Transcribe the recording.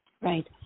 right